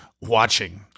watching